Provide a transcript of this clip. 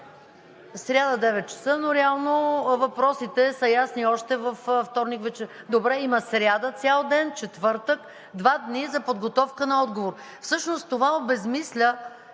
Сряда, 9,00 ч., но реално въпросите са ясни още във вторник вечерта. Добре, има сряда цял ден, четвъртък – два дни за подготовка на отговор. Всъщност това обезсмисля